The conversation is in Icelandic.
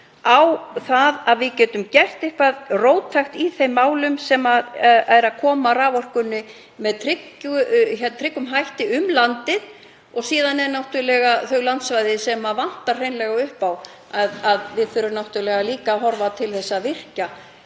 sýn og getum gert eitthvað róttækt í þeim málum og koma raforkunni með tryggum hætti um landið. Og síðan eru náttúrlega þau landsvæði þar sem vantar hreinlega upp á raforku, við þurfum náttúrlega líka að horfa til þess að virkja